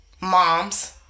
Moms